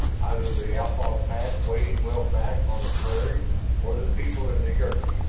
either the outlaw pack waiting well back on the prairie or the people in the yurts.